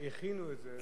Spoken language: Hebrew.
יכינו את זה.